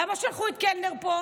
למה שלחו את קלנר לפה?